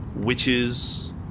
witches